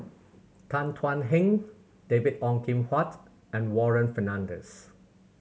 Tan Thuan Heng David Ong Kim Huat and Warren Fernandez